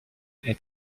est